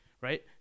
right